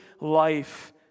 life